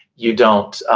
you don't